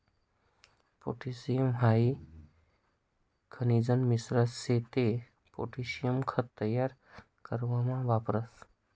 potassium high खनिजन मिश्रण शे ते पोटॅशियम खत तयार करामा वापरतस